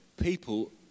people